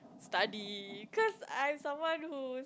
study cause I'm someone who